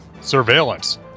surveillance